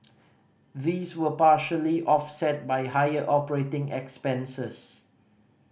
these were partially offset by higher operating expenses